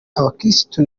abakirisitu